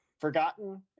forgotten